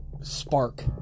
spark